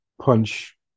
punch